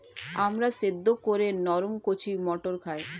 আমরা সেদ্ধ করে নরম কচি মটর খাই